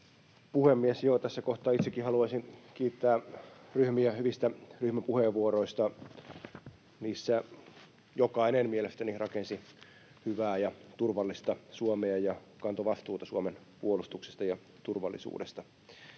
puhemies! Tässä kohtaa itsekin haluaisin kiittää ryhmiä hyvistä ryhmäpuheenvuoroista. Niissä jokainen mielestäni rakensi hyvää ja turvallista Suomea ja kantoi vastuuta Suomen puolustuksesta ja turvallisuudesta.